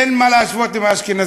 אין מה להשוות עם האשכנזים.